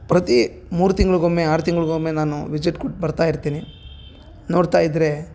ಪ್ರತಿ ಮೂರು ತಿಂಗಳಿಗೊಮ್ಮೆ ಆರು ತಿಂಗಳಿಗೊಮ್ಮೆ ನಾನು ವಿಸಿಟ್ ಕೊಟ್ಟು ಬರ್ತಾಯಿರ್ತೀನಿ ನೋಡ್ತಾಯಿದ್ರೆ